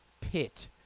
pit